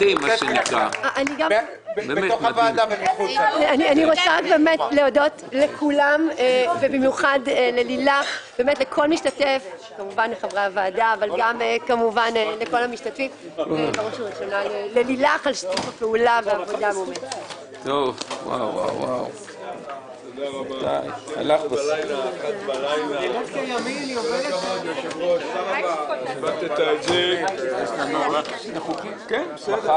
11:15.